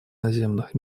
наземных